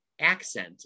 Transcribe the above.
accent